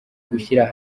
gushyira